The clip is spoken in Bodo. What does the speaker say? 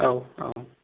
औ औ